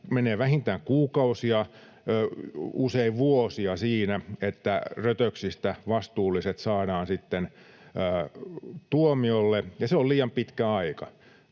menee vähintään kuukausia, usein vuosia siinä, että rötöksistä vastuulliset saadaan sitten tuomiolle, ja se on liian pitkä aika.